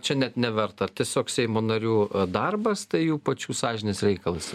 čia net neverta tiesiog seimo narių darbas tai jų pačių sąžinės reikalas